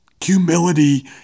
humility